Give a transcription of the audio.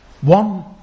One